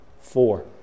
four